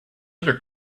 other